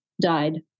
died